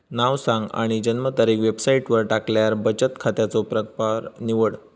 नाव सांग आणि जन्मतारीख वेबसाईटवर टाकल्यार बचन खात्याचो प्रकर निवड